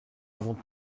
avons